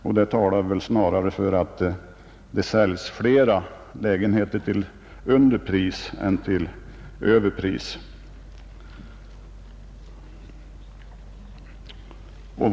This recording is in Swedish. Denna talar snarare för att det säljs flera lägenheter till underpris än till överpris.